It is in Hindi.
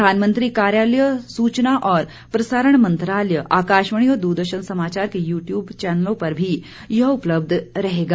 प्रधानमंत्री कार्यालय सूचना और प्रसारण मंत्रालय आकाशवाणी और दूरदर्शन समाचार के यू ट्यूब चैनलों पर भी यह उपलब्ध रहेगा